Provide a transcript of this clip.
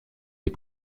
les